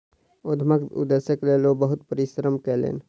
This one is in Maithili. उद्यमक उदेश्यक लेल ओ बहुत परिश्रम कयलैन